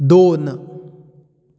दोन